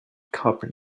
copper